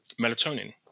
melatonin